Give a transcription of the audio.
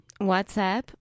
whatsapp